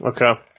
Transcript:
Okay